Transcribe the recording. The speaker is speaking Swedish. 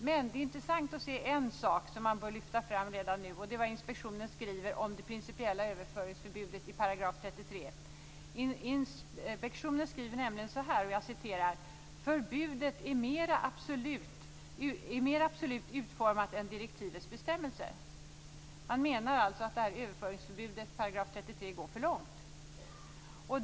Men det är en intressant sak som bör lyftas fram, och det är vad inspektionen skriver om det principiella överföringsförbudet i 33 §. Jag citerar: "Förbudet är mer absolut utformat än direktivets bestämmelser." Man menar alltså att överföringsförbudet i § 33 går för långt.